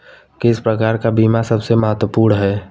किस प्रकार का बीमा सबसे महत्वपूर्ण है?